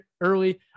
early